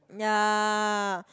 ya